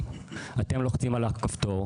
כמי שהייתה אחות בבית חולים,